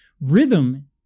Rhythm